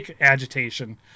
agitation